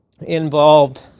involved